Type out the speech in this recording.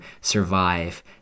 survive